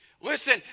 Listen